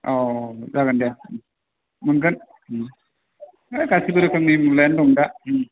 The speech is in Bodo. औ जागोन दे मोनगोन है गासैबो रोखोमनि मुलायानो दं दा